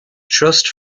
trust